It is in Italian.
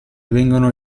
vengono